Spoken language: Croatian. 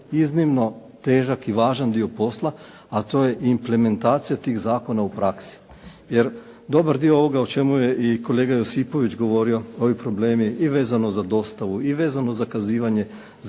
iznimno težak i važan dio posla, a to je implementacija tih zakona u praksi. Jer dobar dio ovoga o čemu je i kolega Josipović govorio ovi problemi i vezano za dostavu i vezano zakazivanje za